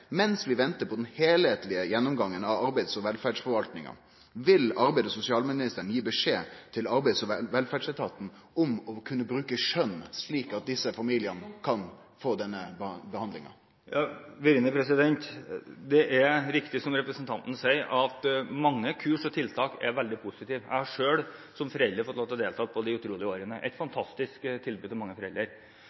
vi ventar på den heilskaplege gjennomgangen av arbeids- og velferdsforvaltninga, vil arbeids- og sosialministeren gi beskjed til Arbeids- og velferdsetaten om å kunne bruke skjønn, slik at desse familiane kan få denne behandlinga? Det er riktig, som representanten Knag Fylkesnes sier, at mange kurs og tiltak er veldig positive. Jeg har selv som forelder fått lov til å delta på De utrolige årene – et fantastisk tilbud til mange foreldre.